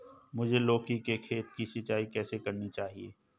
मुझे लौकी के खेत की सिंचाई कैसे करनी चाहिए?